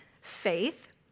Faith